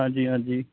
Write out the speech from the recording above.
ਹਾਂਜੀ ਹਾਂਜੀ